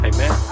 Amen